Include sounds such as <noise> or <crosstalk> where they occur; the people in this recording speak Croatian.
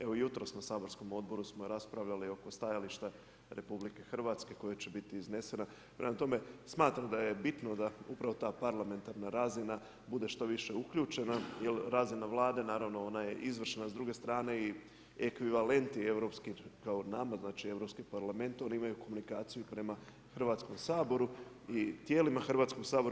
Evo, jutros na saborskom odboru, smo raspravljali o ko stajališta RH, koji će biti iznesena, prema tome, smatram da je bitno da upravo ta parlamentarna razina, bude što više uključena, jer razina Vlade, naravno ona je izvršna i s druge strane i ekvivalenti europskih … <unintelligible> znači europskih parlament oni imaju komunikaciju i prema Hrvatskom saboru i tijelima Hrvatskog sabora.